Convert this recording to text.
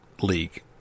league